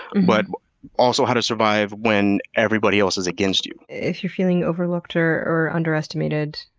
but also how to survive when everybody else is against you. if you're feeling overlooked or or underestimated.